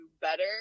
better